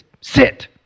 sit